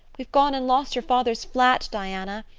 we've gone and lost your father's flat, diana,